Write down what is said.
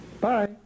Bye